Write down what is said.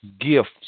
gifts